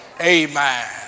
amen